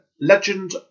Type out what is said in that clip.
Legend